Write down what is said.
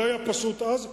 לא היה פשוט אז,